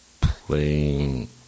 playing